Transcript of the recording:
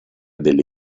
delle